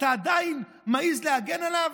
אתה עדיין מעז להגן עליו?